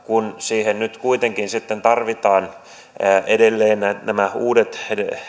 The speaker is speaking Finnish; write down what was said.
kun siihen nyt kuitenkin sitten tarvitaan edelleen nämä uudet